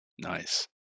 nice